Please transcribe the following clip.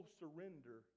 surrender